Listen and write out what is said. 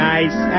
Nice